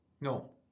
No